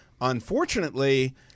Unfortunately